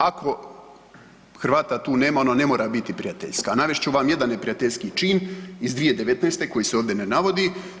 Ako Hrvata tu nema ona ne mora biti prijateljska, a navest ću vam jedan neprijateljski čin iz 2019. koji se ovdje ne navodi.